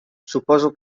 suposo